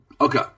Okay